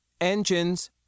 Engines